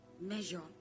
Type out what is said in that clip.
measure